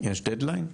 יש דד-ליין?